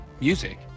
Music